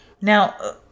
Now